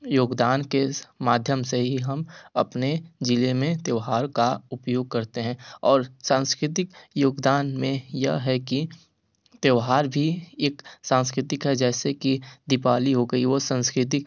योगदान के इस माध्यम से ही हम अपने जिले में त्यौहार का उपयोग करते हैं और सांस्कृतिक योगदान में यह है कि त्यौहार भी एक सांस्कृतिक है जैसे कि दीपावली हो गई वो सांसकृतिक